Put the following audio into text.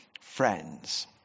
friends